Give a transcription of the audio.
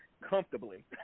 Comfortably